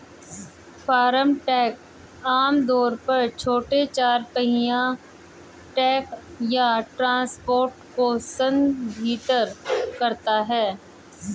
farm truck आम तौर पर छोटे चार पहिया ट्रक या ट्रांसपोर्टर को संदर्भित करता है